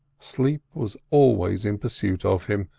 sleep was always in pursuit of him,